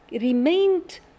remained